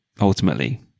Ultimately